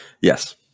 Yes